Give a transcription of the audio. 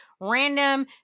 random